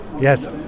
Yes